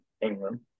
England